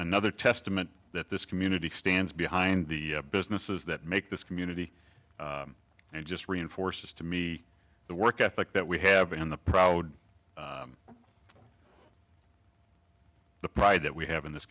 another testament that this community stands behind the businesses that make this community and it just reinforces to me the work ethic that we have and the proud the pride that we have in this